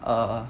err